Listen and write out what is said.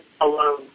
alone